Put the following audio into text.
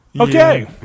Okay